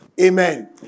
Amen